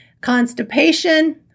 constipation